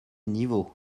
niveau